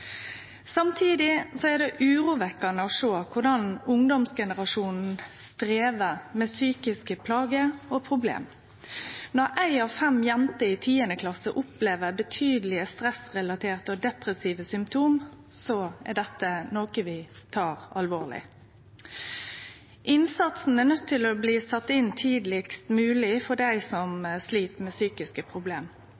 er det urovekkjande å sjå korleis ungdomsgenerasjonen strever med psykiske plager og problem. Når ei av fem jenter i 10.-klasse opplever betydelege stressrelaterte og depressive symptom, er det noko vi tek alvorleg. Innsatsen er nøydd til å bli sett inn tidlegast mogleg for dei som